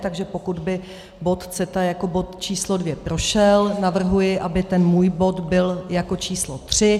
Takže pokud by bod CETA jako bod číslo 2 prošel, navrhuji, aby ten můj bod byl jako číslo 3.